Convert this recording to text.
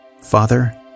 Father